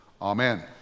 Amen